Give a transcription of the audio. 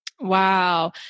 Wow